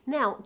Now